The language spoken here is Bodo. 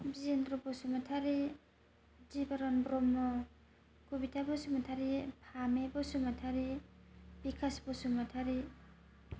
बिजेनद्र बसुमातारि दिगरन ब्रह्म बबिथा बसुमातारि फामि बसुमातारि बिखास बसुमातारि